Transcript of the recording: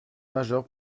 majeur